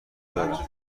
دارم